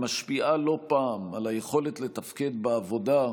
המשפיעה לא פעם על היכולת לתפקד בעבודה,